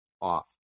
off